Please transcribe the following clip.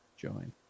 join